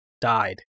died